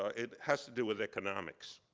ah it has to do with economics.